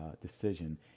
decision